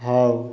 ହଉ